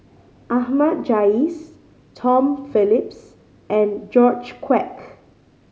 Ahmad Jais Tom Phillips and George Quek